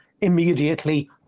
immediately